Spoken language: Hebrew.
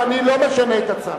ואני לא משנה את הצו,